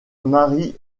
marie